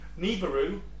Nibiru